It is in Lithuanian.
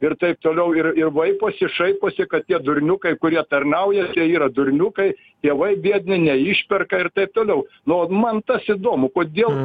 ir taip toliau ir ir vaiposi šaiposi kad tie durniukai kurie tarnauja tie yra durniukai tėvai biedni neišperka ir taip toliau no man vat tas įdomu kodėl